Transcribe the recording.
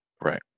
Right